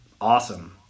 awesome